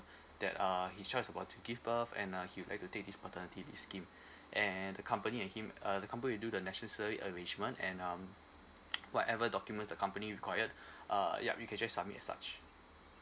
that uh his child is about to give birth and uh he would like to take this paternity the scheme and the company and him uh the company will do the necessary arrangement and um whatever document the company required err yup you can just submit and such